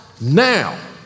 now